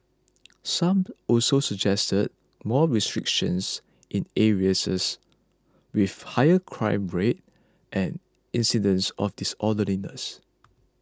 some also suggested more restrictions in area says with higher crime rates and incidents of disorderliness